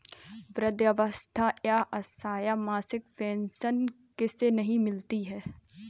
वृद्धावस्था या असहाय मासिक पेंशन किसे नहीं मिलती है?